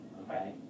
Okay